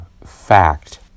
fact